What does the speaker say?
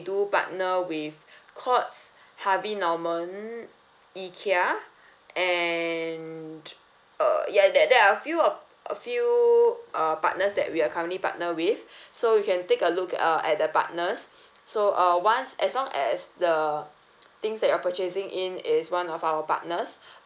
do partner with courts harvey norman ikea and uh ya there there are a few uh a few uh partners that we are currently partnered with so you can take a look uh at the partners so uh once as long as the things that you're purchasing in is one of our partners